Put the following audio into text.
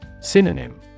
Synonym